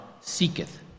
seeketh